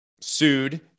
sued